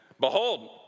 Behold